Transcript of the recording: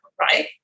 right